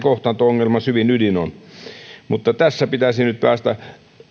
kohtaanto ongelman syvin ydin on mutta tässä pitäisi nyt päästä